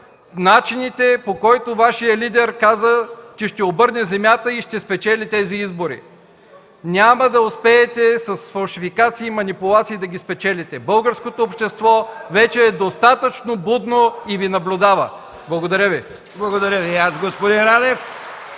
начините, по които Вашият лидер каза, че ще обърне земята и ще спечели тези избори. Няма да успеете с фалшификации и манипулации да ги спечелите. Българското общество вече е достатъчно будно и Ви наблюдава. Благодаря Ви. ПРЕДСЕДАТЕЛ МИХАИЛ